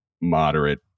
moderate